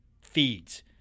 feeds